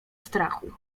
strachu